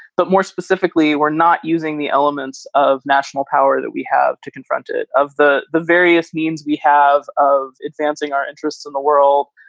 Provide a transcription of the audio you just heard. but more specifically, we're not using the elements of national power that we have to confront it of the the various means we have of advancing our interests in the world.